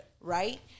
right